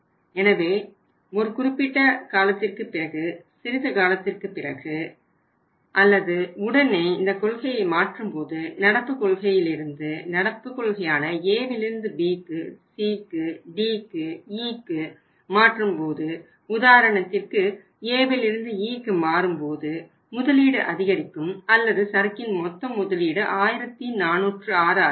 எனவே ஒரு குறிப்பிட்ட காலத்திற்கு பிறகு சிறிது காலத்திற்குப் பிறகு அல்லது உடனே இந்தக் கொள்கையை மாற்றும்போது நடப்பு கொள்கையிலிருந்து நடப்பு கொள்கையான Aவிலிருந்து Bக்கு Cக்கு Dக்கு Eக்கு மாற்றும்போது உதாரணத்திற்கு Aவிலிருந்து Eக்கு மாறும்போது முதலீடு அதிகரிக்கும் அல்லது சரக்கின் மொத்த முதலீடு 1406 ஆக இருக்கும்